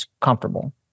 comfortable